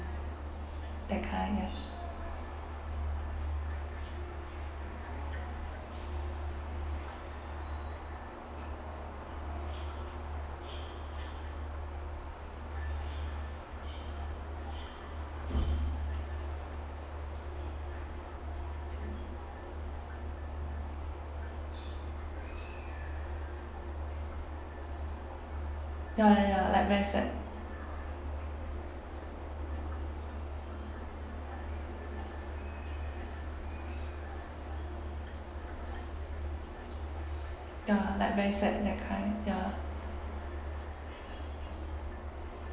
that kind ya ya ya like very sad ya like very sad that kind ya